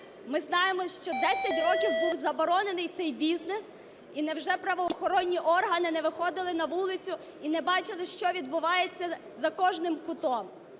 Ми знаємо, що 10 років був заборонений цей бізнес. І невже правоохоронні органи не виходили на вулицю і не бачили, що відбувається за кожним кутом?